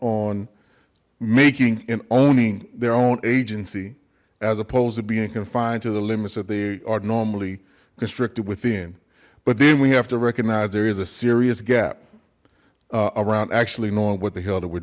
on making and owning their own agency as opposed to being confined to the limits that they are normally constricted within but then we have to recognize there is a serious gap around actually knowing what the hell that we're